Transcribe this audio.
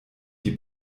die